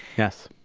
yes.